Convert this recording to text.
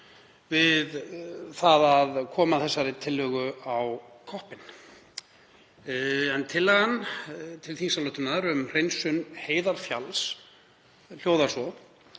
við það að koma þessari tillögu á koppinn. Tillagan til þingsályktunar um hreinsun Heiðarfjalls hljóðar